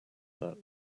that